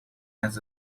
has